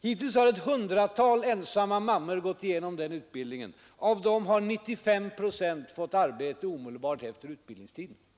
Hittills har ett hundratal ensamma mammor gått igenom den utbildningen, och av dem har 95 procent omedelbart fått arbete efter utbildningstidens slut.